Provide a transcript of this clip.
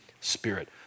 spirit